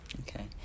Okay